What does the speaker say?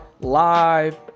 live